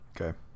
Okay